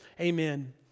Amen